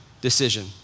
decision